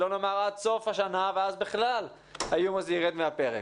שלא נאמר עד סוף השנה ואז האיום הזה בכלל ירד מהפרק.